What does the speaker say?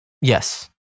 Yes